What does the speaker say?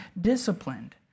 Disciplined